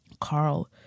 Carl